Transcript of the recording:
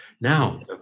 Now